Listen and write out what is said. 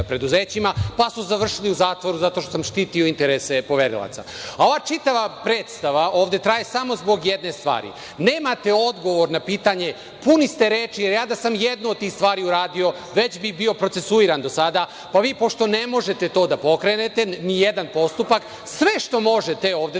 pa su završili u zatvor zato što sam štitio interese poverilaca. Ova čitava predstava ovde traje samo zbog jedne stvari, nemate odgovor na pitanje, puni ste reči, jer ja da sam jednu uradio od tih stvari već bih bio procesuiran do sada, pa vi pošto ne možete to da pokrenete, ni jedan postupak, sve što možete ovde